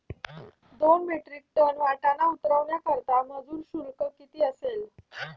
दोन metric ton वाटाणा उतरवण्याकरता मजूर शुल्क किती असेल?